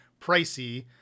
pricey